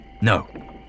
No